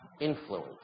influence